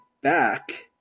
back